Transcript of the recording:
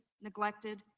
neglected